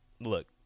Look